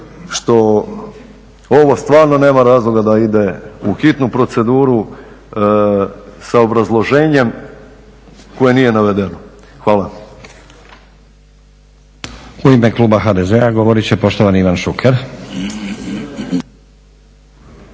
što ovo stvarno nema razloga da ide u hitnu proceduru sa obrazloženjem koje nije navedeno. Hvala.